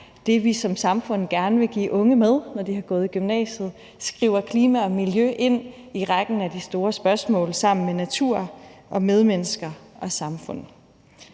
det, vi som samfund gerne vil give de unge med, når de har gået i gymnasiet, og derfor synes jeg, det er rigtigt, at vi skriver klima og miljø ind i rækken af de store spørgsmål sammen med natur, medmennesker og samfund.